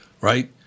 right